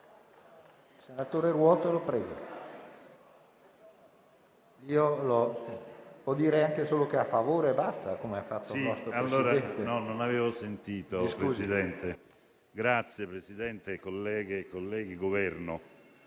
Signor Presidente, colleghe e colleghi, Governo,